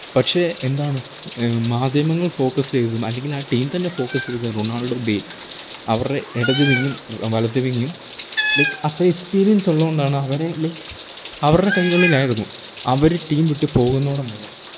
പക്ഷേ എന്താണ് മാധ്യമങ്ങൾ ഫോക്കസ് ചെയ്തും അല്ലെങ്കിൽ ആ ടീം തന്നെ ഫോക്കസ് ചെയ്ത റൊണാൾഡോ ഗെയ്ൻ അവര്ടെരു ഇടത് വിങ്ങും വലത് വിങ്ങും ലൈക്ക് അത്ര എക്സ്പ്പീര്യൻസൊള്ളോണ്ടാണ് അവരെ ലൈക്ക് അവരുടെ കൈകളിലായിരുന്നു അവർ ടീം വിട്ട് പോകുന്നിടം വരെ